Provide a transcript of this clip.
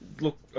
look